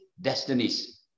destinies